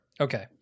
Okay